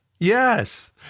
Yes